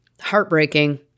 Heartbreaking